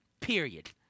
period